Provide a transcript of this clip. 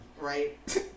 Right